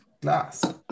glass